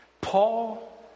Paul